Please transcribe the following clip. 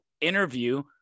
Interview